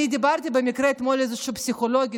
אני דיברתי במקרה אתמול עם איזושהי פסיכולוגית,